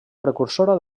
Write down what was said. precursora